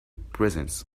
prisons